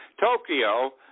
Tokyo